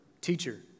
Teacher